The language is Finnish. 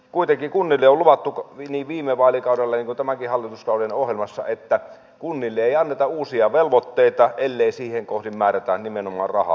kuitenkin kunnille on luvattu niin viime vaalikaudella kuin tämänkin hallituskauden ohjelmassa että niille ei anneta uusia velvoitteita ellei siihen kohdin määrätä nimenomaan rahaa